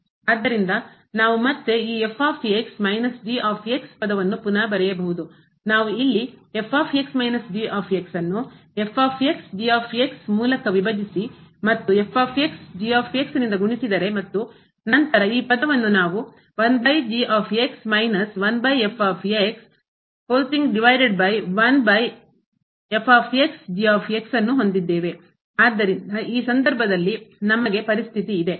ಆದ್ದರಿಂದ ನಾವು ಮತ್ತೆ ಈ ಪದವನ್ನು ಪುನಃ ಬರೆಯಬಹುದು ನಾವು ಇಲ್ಲಿ ನ್ನುಮತ್ತು ನಿಂದ ಗುಣಿಸಿದರೆ ಮತ್ತು ನಂತರ ಈ ಪದವನ್ನು ನಾವು ಹೊಂದಿದ್ದೇವೆ ಆದ್ದರಿಂದ ಈ ಸಂದರ್ಭದಲ್ಲಿ ನಮಗೆ ಪರಿಸ್ಥಿತಿ ಇದೆ